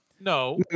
No